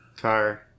car